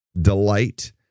delight